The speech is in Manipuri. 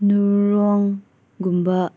ꯅ꯭ꯌꯨꯔꯣꯟꯒꯨꯝꯕ